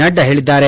ನಡ್ಡಾ ಹೇಳಿದ್ದಾರೆ